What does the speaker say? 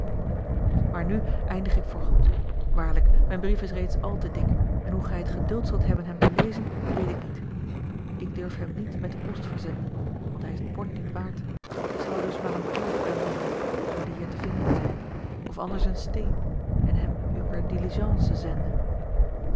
aar nu eindig ik voorgoed waarlijk mijn brief is reeds al te dik en hoe gij het geduld zult hebben hem te lezen weet ik niet k durf hem niet met de post verzenden want hij is t port niet waard zal er dus maar een turf aanbinden zoo die hier te vinden zijn of anders een steen en hem u per diligence zenden